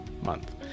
month